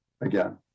again